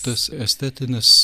tas estetinis